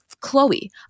Chloe